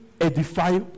edify